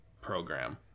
program